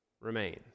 remains